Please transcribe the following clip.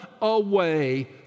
away